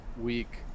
week